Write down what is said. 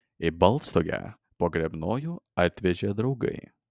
į baltstogę pogrebnojų atvežė draugai